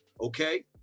okay